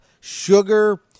sugar